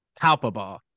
palpable